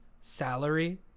salary